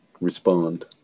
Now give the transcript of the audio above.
respond